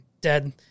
dead